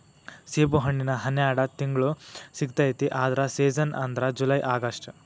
ಸೇಬುಹಣ್ಣಿನ ಹನ್ಯಾಡ ತಿಂಗ್ಳು ಸಿಗತೈತಿ ಆದ್ರ ಸೇಜನ್ ಅಂದ್ರ ಜುಲೈ ಅಗಸ್ಟ